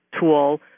tool